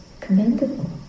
commendable